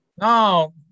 No